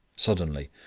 suddenly,